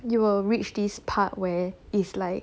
you will reach this part where it's like